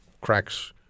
cracks